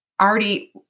already